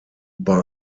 bei